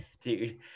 dude